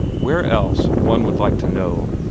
where else, one would like to know,